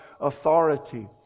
authority